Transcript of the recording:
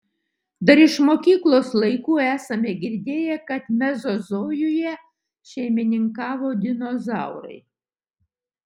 dar iš mokyklos laikų esame girdėję kad mezozojuje šeimininkavo dinozaurai